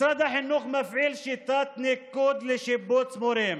משרד החינוך מפעיל שיטת ניקוד לשיבוץ מורים